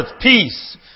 peace